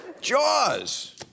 Jaws